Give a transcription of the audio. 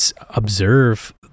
observe